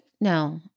no